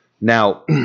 Now